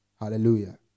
Hallelujah